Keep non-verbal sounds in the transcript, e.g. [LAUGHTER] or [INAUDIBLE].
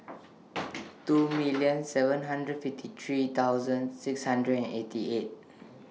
[NOISE] two million seven hundred fifty three thousand six hundred and eighty eight